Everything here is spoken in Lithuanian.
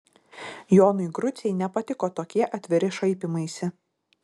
jonui grucei nepatiko tokie atviri šaipymaisi